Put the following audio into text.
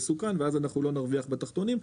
מסוכן, ואז אנחנו לא נרוויח בעשירונים התחתונים.